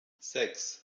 sechs